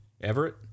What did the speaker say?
Everett